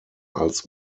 als